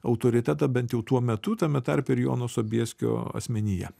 autoritetą bent jau tuo metu tame tarpe ir jono sobieskio asmenyje